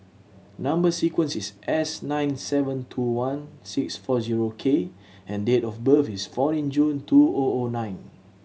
number sequence is S nine seven two one six four zero K and date of birth is fourteen June two O O nine